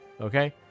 Okay